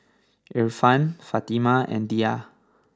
Irfan Fatimah and Dhia